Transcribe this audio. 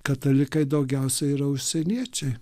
katalikai daugiausiai yra užsieniečiai